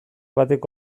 batek